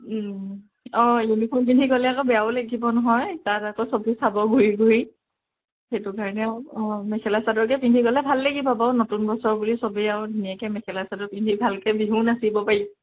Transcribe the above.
অঁ ইউনিফৰ্ম পিন্ধি গ'লে আকৌ বেয়াও লাগিব নহয় তাত আকৌ চবেই চাব ঘূৰি ঘূৰি সেইটো কাৰণে আকৌ অঁ মেখেলা চাদৰকে পিন্ধি গ'লে ভাল লাগিব বাৰু নতুন বছৰ বুলি চবেই আৰু ধুনীয়াকৈ মেখেলা চাদৰ পিন্ধি ভালকৈ বিহুও নাচিব পাৰি